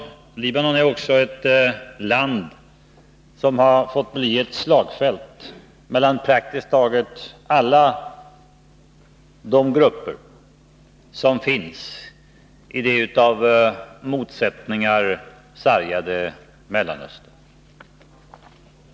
Libanon är också ett land som har fått bli ett slagfält för praktiskt taget alla de grupper som finns i det av motsättningar sargade Mellanöstern.